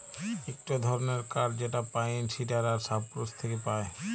ইকটো ধরণের কাঠ যেটা পাইন, সিডার আর সপ্রুস থেক্যে পায়